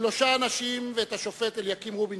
כמה אנשים, את השופט אליקים רובינשטיין,